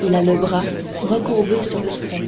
il a le bras recourbé sur le front